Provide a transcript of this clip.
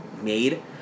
made